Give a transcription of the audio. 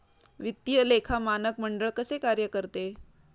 वित्तीय लेखा मानक मंडळ कसे कार्य करते?